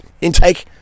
intake